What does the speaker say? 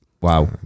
Wow